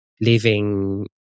living